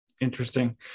Interesting